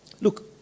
Look